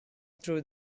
through